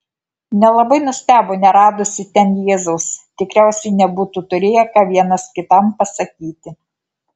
nelabai nustebo neradusi ten jėzaus tikriausiai nebūtų turėję ką vienas kitam pasakyti